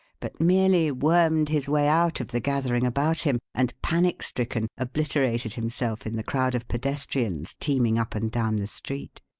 but merely wormed his way out of the gathering about him and, panic stricken, obliterated himself in the crowd of pedestrians teeming up and down the street.